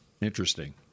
Interesting